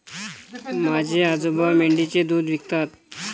माझे आजोबा मेंढीचे दूध विकतात